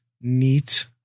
neat